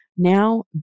Now